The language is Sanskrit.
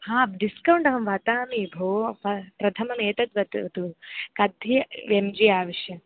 डिस्कौण्ट् अहं वदामि भोः प्रथमम् एतद्वत् मध्ये एम् जी आवश्यं